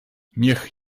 niech